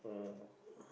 um